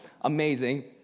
amazing